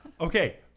Okay